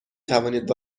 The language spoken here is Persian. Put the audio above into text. توانید